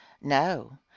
no